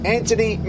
Anthony